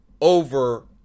over